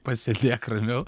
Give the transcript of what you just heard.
pasėdėk ramiau